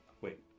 Wait